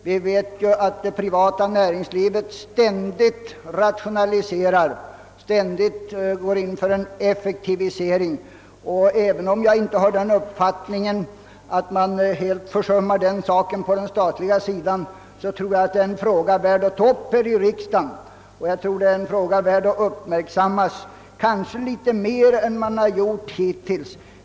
Vi vet att det privata näringslivet ständigt rationaliserar och försöker bli effektivare, och även om jag inte har den uppfattningen att detta helt försummas inom de statliga företagen tror jag att det är en fråga som bör tas upp här i riksdagen och som över huvud taget är värd att uppmärksammas mer än som skett.